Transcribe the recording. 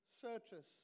searches